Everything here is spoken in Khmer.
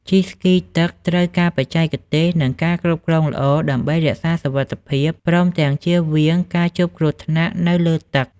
ជិះស្គីទឹកត្រូវការបច្ចេកទេស និងការគ្រប់គ្រងល្អ ដើម្បីរក្សាសុវត្ថិភាព ព្រមទាំងជៀសវាងការជួបគ្រោះថ្នាក់នៅលើទឹក។